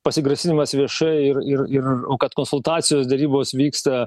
pasigrasinimas viešai ir ir ir kad konsultacijos derybos vyksta